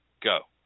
Go